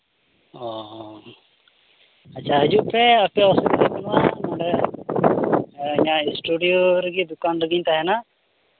ᱚ ᱟᱪᱪᱷᱟ ᱦᱤᱡᱩᱜ ᱯᱮ ᱟᱯᱮ ᱚᱥᱩᱵᱤᱫᱷᱟ ᱵᱟᱹᱱᱩᱜᱼᱟ ᱱᱚᱰᱮ ᱤᱧᱟᱹᱜ ᱥᱴᱩᱰᱤᱭᱳ ᱨᱮᱜᱮ ᱫᱚᱠᱟᱱ ᱨᱮᱜᱮᱧ ᱛᱟᱦᱮᱱᱟ